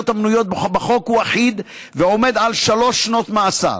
המנויות בחוק הוא אחיד ועומד על שלוש שנות מאסר,